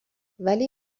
ولی